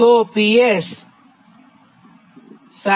તો PS 7